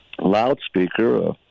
loudspeaker